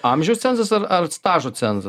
amžiaus cenzas ar ar stažo cenzas